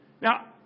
Now